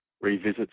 revisit